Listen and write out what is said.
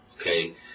okay